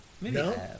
No